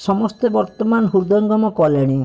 ସମସ୍ତେ ବର୍ତ୍ତମାନ ହୃଦୟଙ୍ଗମ କଲେଣି